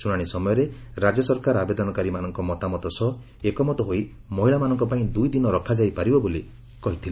ଶ୍ରଣାଣି ସମୟରେ ରାଜ୍ୟ ସରକାର ଆବେଦନକାରୀମାନଙ୍କ ମତାମତ ସହ ଏକମତ ହୋଇ ମହିଳାମାନଙ୍କପାଇଁ ଦୁଇ ଦିନ ରଖାଯାଇପାରିବ ବୋଲି କହିଥିଲେ